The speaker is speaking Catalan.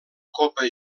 copa